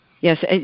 Yes